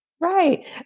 Right